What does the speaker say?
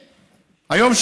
היום,